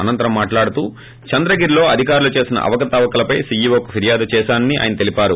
అనంతరం మాట్లాడుతూ చంద్రగిరిలో అధికారులు చేసిన అవకతవకలపై సీఈవోకు ఫిర్యాదు చేశానని ఆయన తెలిపారు